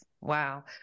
Wow